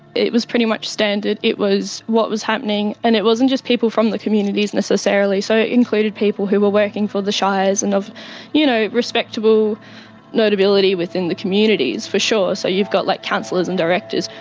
it was pretty much standard. it was what was happening, and it wasn't just people from the communities necessarily, so it included people who were working for the shires and of you know respectable notability within the communities for sure. so you've got like councillors and directors,